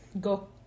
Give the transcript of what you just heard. go